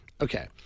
Okay